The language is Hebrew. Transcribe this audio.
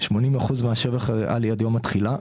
80 אחוזים מהשבח הריאלי עד יום התחילה.